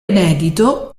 inedito